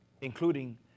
including